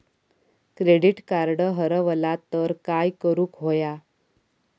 Credit card हरवला तर काय करुक होया?